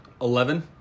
Eleven